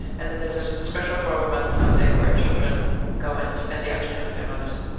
and then there's a special program on sunday where children go and spend the afternoon with their mothers.